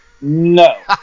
No